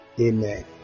Amen